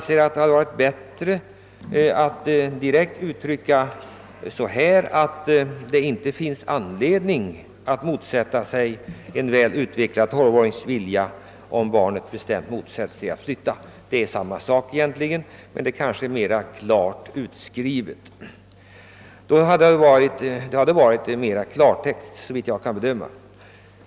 Det hade varit bättre att direkt förklara att det inte finns anledning att motsätta sig en väl utvecklad tolvårings vilja, om barnet bestämt motsätter sig att flytta. Det är egentligen samma sak men kanske mera klart utskrivet.